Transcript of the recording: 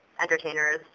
entertainers